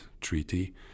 treaty